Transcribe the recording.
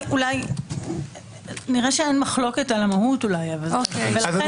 נראה שאין מחלוקת על המהות -- אז אני